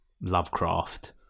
Lovecraft